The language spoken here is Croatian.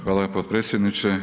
Hvala potpredsjedniče.